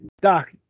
Doc